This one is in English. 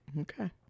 Okay